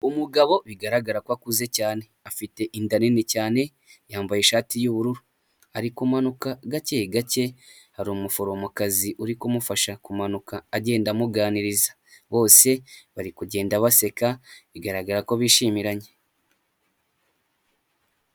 Amugabo bigaragara ko akuze cyane. Afite inda nini cyane, yambaye ishati y'ubururu, ari kumanukka gake gake, hari umuforomokazi uri kumufasha kumanuka, agenda amuganiriza. Bose bari kugenda baseka, bigaragara ko bishimiranye.